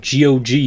GOG